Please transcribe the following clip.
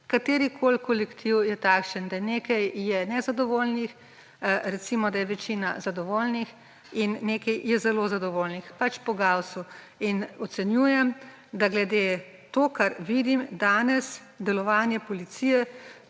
Katerikoli kolektiv je takšen, da nekaj je nezadovoljnih, recimo, da je večina zadovoljnih, in nekaj je zelo zadovoljnih, pač po Gaussu. In ocenjujem to, kar vidim danes – delovanje policije